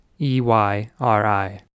E-Y-R-I